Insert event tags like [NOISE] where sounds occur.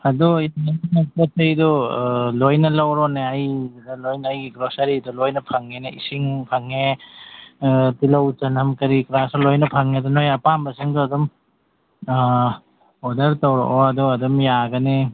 ꯑꯗꯨ [UNINTELLIGIBLE] ꯄꯣꯠ ꯆꯩꯗꯨ ꯑꯥ ꯂꯣꯏꯅ ꯂꯧꯔꯣꯅꯦ ꯑꯩꯒꯤꯗ ꯂꯣꯏꯅ ꯑꯩꯒꯤ ꯒ꯭ꯔꯣꯁꯔꯤꯗ ꯂꯣꯏꯅ ꯐꯪꯉꯦꯅꯦ ꯏꯁꯤꯡ ꯐꯪꯉꯦ ꯇꯤꯜꯍꯧ ꯆꯅꯝ ꯀꯔꯤ ꯀꯔꯥꯁꯨ ꯂꯣꯏꯅ ꯐꯪꯉꯦ ꯑꯗꯨ ꯅꯣꯏ ꯑꯄꯥꯝꯕꯁꯤꯡꯗꯣ ꯑꯗꯨꯝ ꯑꯣꯗꯔ ꯇꯧꯔꯛꯑꯣ ꯑꯗꯨꯒ ꯑꯗꯨꯝ ꯌꯥꯒꯅꯤ